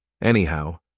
Anyhow